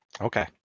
Okay